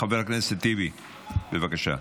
חבר הכנסת טיבי, בבקשה.